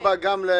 רבים.